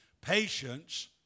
Patience